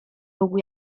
mógł